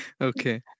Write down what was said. Okay